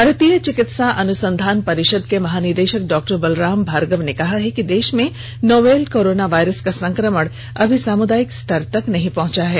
भारतीय चिकित्सा अनुसंधान परिषद के महानिदेशक डॉक्टर बलराम भार्गव ने कहा है कि देश में नोवल कोरोना वायरस का संक्रमण अभी सामुदायिक स्तर पर नहीं पहुंचा है